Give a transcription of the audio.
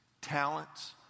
talents